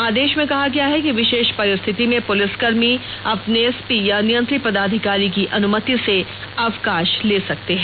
आदेश में कहा गया है कि विशेष परिस्थिति में पुलिसकर्मी अपने एसपी या नियंत्री पदाधिकारी की अनुमति से अवकाश ले सकते हैं